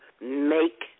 make